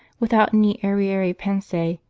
without any arriere-pensee,